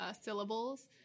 syllables